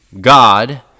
God